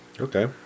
Okay